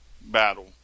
battle